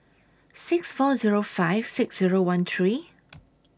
six four Zero five six Zero one three